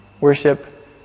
worship